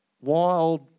wild